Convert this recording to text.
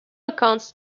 accounts